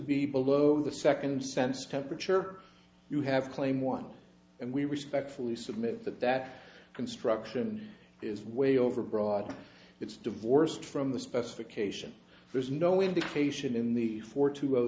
be below the second sense temperature you have claim one and we respectfully submit that that construction is way over broad it's divorced from the specification there's no indication in the four to